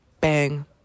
bang